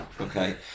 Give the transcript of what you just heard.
okay